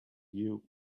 you